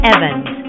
Evans